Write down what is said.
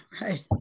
Right